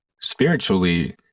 spiritually